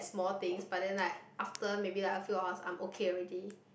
small things but then like after a few hours I'm okay already